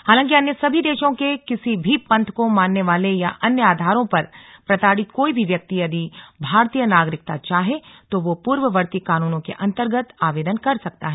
हालांकि अन्य सभी देशों के किसी भी पंथ को मानने वाले या अन्य आधारों पर प्रताड़ित कोई भी व्यक्ति यदि भारतीय नागरिकता चाहे तो वह पूर्ववर्ती कानूनों के अंतर्गत आवेदन कर सकता है